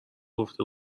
گفته